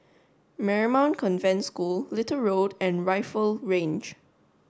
Marymount Convent School Little Road and Rifle Range